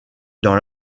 dans